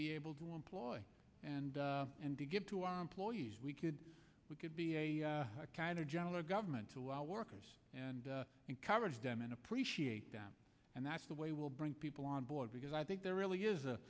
be able to employ and and to give to our employees we could we could be a kinder gentler government to our workers and encourage them and appreciate them and that's the way we'll bring people on board because i think there really is a